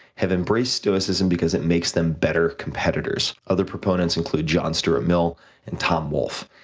have embraced stoicism because it makes them better competitors. other proponents include john stuart mill and tom wolfe.